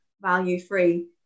value-free